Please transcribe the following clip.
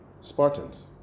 spartans